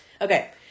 Okay